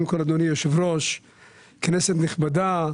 אדוני היושב ראש, כנסת נכבדה,